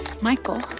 Michael